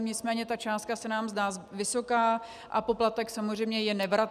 Nicméně ta částka se nám zdá vysoká a poplatek je samozřejmě nevratný.